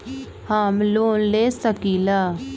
हम लोन ले सकील?